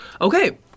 Okay